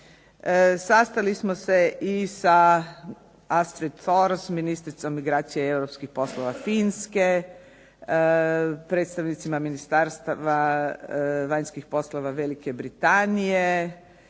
Sastali smo se i sa Astrid Thors, ministricom migracije i europskih poslova Finske, predstavnicima Ministarstva vanjskih poslova Velike Britanije,